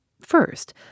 first